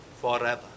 forever